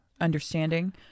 understanding